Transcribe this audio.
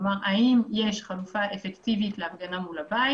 כלומר, האם יש חלופה אפקטיבית להפגנה מול הבית